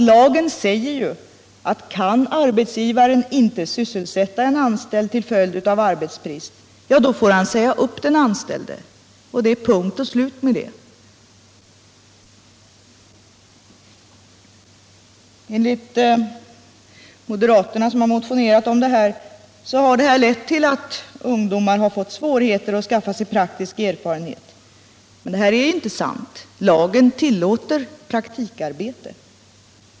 Lagen säger ju att kan en arbetsgivare inte sysselsätta en anställd till följd av arbetsbrist, då får han säga upp den anställde. Och det är punkt och slut med det. Enligt moderaterna, som motionerat, har det här lett till att ungdomar fått svårigheter att skaffa sig praktisk erfarenhet. Men det är inte sant — lagen tillåter praktikarbete.